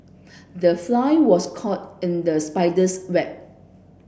the fly was caught in the spider's web